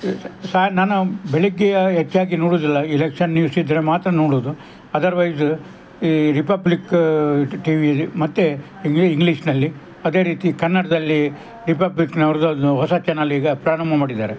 sir ನಾನು ಬೆಳಿಗ್ಗೆ ಹೆಚ್ಚಾಗಿ ನೋಡೋದಿಲ್ಲ ಇಲೆಕ್ಷನ್ ನ್ಯೂಸ್ ಇದ್ದರೆ ಮಾತ್ರ ನೋಡೋದು ಅದರ್ವೈಸ ಈ ರಿಪಬ್ಲಿಕ್ ಟಿ ವಿಲಿ ಮತ್ತೆ ಇಂಗ್ಲಿ ಇಂಗ್ಲೀಷಿನಲ್ಲಿ ಅದೇ ರೀತಿ ಕನ್ನಡದಲ್ಲಿ ರಿಪಬ್ಲಿಕ್ನವ್ರದ್ದು ಒಂದು ಹೊಸ ಚ್ಯಾನಲ್ ಈಗ ಪ್ರಾರಂಭ ಮಾಡಿದ್ದಾರೆ